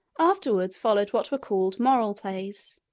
afterwards followed what were called moral plays,